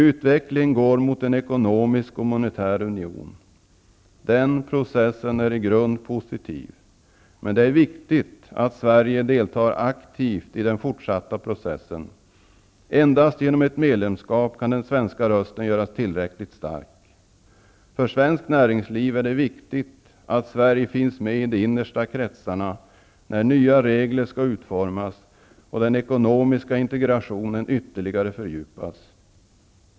Utvecklingen går mot en ekonomisk och monetär union. Den processen är i grunden positiv. Men det är viktigt att Sverige deltar aktivt i den fortsatta processen. Endast genom ett medlemsskap kan den svenska rösten göras tillräckligt stark. För svenskt näringsliv är det viktigt att Sverige finns med i de innersta kretsarna när nya regler skall utformas och den ekonomiska integrationen ytterligare fördjupas.